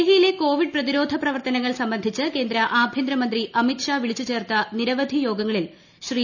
ഡൽഹിയിലെ കോവിഡ് പ്രതിരോധ പ്രവർത്തനങ്ങൾ സംബന്ധിച്ച് കേന്ദ്ര ആഭ്യന്തരമന്ത്രി അമിത്ഷാ വിളിച്ചു ചേർത്ത നിരവധി യോഗങ്ങളിൽ ശ്രീ